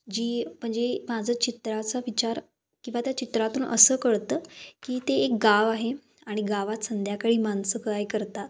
जी म्हणजे माझं चित्राचा विचार किंवा त्या चित्रातून असं कळतं की ते एक गाव आहे आणि गावात संध्याकाळी माणसं काय करतात